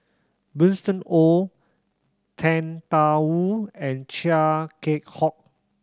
Winston Oh Tan Da Wu and Chia Keng Hock